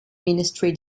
ministry